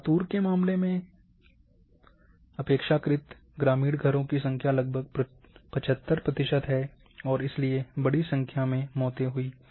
लातूर के मामले में अपेक्षाकृत ग्रामीण श्रेणी के घरों की संख्या लगभग 75 प्रतिशत है और इसलिए बड़ी संख्या में मौतें हुईं